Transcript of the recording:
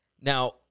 Now